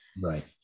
right